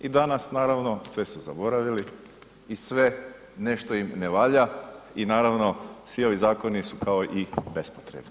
I danas naravno sve su zaboravili i sve nešto im ne valja i naravno svi ovi zakoni su kao i bespotrebni.